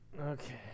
Okay